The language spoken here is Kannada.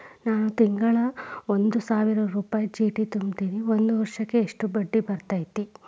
ನಾನು ತಿಂಗಳಾ ಒಂದು ಸಾವಿರ ರೂಪಾಯಿ ಚೇಟಿ ತುಂಬತೇನಿ ಒಂದ್ ವರ್ಷಕ್ ಎಷ್ಟ ಬಡ್ಡಿ ಬರತೈತಿ?